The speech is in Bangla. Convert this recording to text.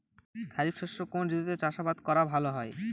খরিফ শস্য কোন ঋতুতে চাষাবাদ করা হয়?